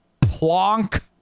plonk